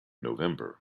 november